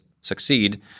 succeed